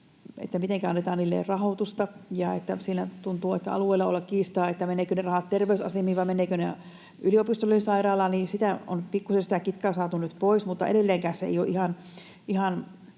mitenkä annetaan niille rahoitusta. Tuntuu, että siellä alueilla on kiistaa, että menevätkö ne rahat terveysasemille vai menevätkö ne yliopistolliseen sairaalaan. Sitä on pikkuisen sitä kitkaa saatu nyt pois, mutta edelleenkään se ei ole ihan